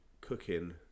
cooking